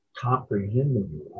comprehending